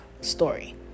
story